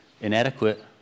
inadequate